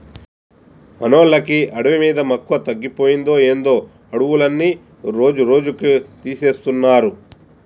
మనోళ్ళకి అడవి మీద మక్కువ తగ్గిపోయిందో ఏందో అడవులన్నీ రోజురోజుకీ తీసేస్తున్నారు